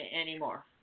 anymore